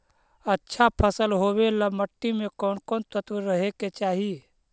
अच्छा फसल होबे ल मट्टी में कोन कोन तत्त्व रहे के चाही?